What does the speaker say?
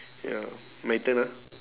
ya my turn ah